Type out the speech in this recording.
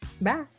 Bye